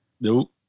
no